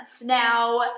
now